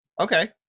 Okay